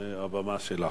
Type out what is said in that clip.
הבמה שלך.